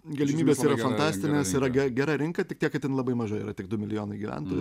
galimybės yra fantastinės yra ge gera rinka tik tiek kad ten labai mažai yra tik du milijonai gyventojų